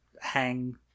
hang